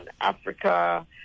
Africa